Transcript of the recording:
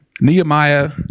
Nehemiah